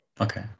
Okay